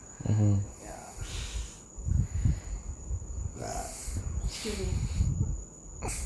ya excuse me